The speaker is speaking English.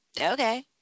okay